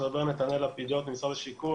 אני ממשרד השיכון,